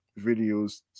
videos